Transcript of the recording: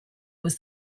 was